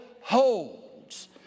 holds